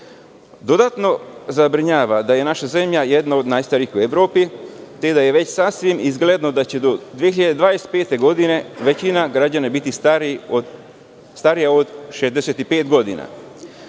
ljudi. Dodatno zabrinjava da je naša zemlja jedna od najstarijih u Evropi, te da je već sasvim očigledno da će do 2025. godine većina građana biti stariji od 65 godina. Nude